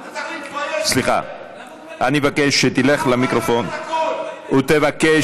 אתה צריך להתבייש, למה הוא קורא,